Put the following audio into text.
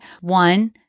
one